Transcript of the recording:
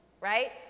right